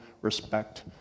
respect